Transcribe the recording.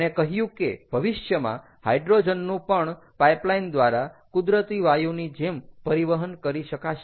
તેણે કહ્યું કે ભવિષ્યમાં હાઇડ્રોજનનું પણ પાઇપલાઇન દ્વારા કુદરતી વાયુની જેમ પરિવહન કરી શકાશે